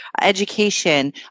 education